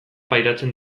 pairatzen